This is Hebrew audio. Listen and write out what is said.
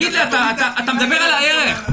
אתה מדבר על ערך?